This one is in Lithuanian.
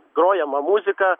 grojama muzika